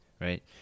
right